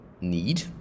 need